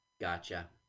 Gotcha